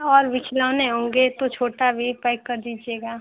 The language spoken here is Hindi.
और भी खिलौने होंगे तो छोटा भी पैक कर दीजिएगा